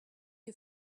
you